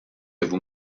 vous